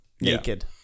naked